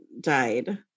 died